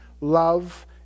love